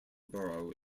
borough